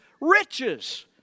riches